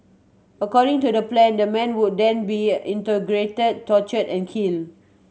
according to the plan the man would then be interrogated tortured and killed